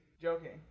joking